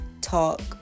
talk